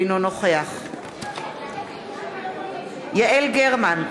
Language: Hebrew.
אינו נוכח יעל גרמן,